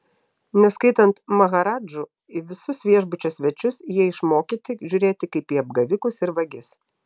neskaitant maharadžų į visus viešbučio svečius jie išmokyti žiūrėti kaip į apgavikus ir vagis